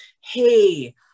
hey